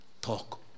talk